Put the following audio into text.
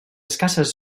escasses